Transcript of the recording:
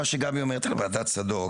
גבי פיסמן על ועדת צדוק,